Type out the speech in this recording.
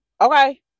Okay